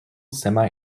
semi